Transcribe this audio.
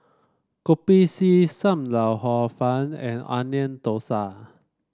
Kopi C Sam Lau Hor Fun and Onion Thosai